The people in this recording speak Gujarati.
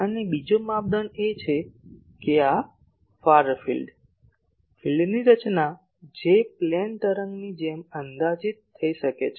અને બીજો માપદંડ એ છે કે આ ફાર ફિલ્ડ ફિલ્ડની રચના જે પ્લેન તરંગની જેમ અંદાજિત થઈ શકે છે